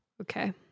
Okay